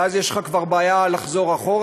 ואז יש לך כבר בעיה לחזור אחורה,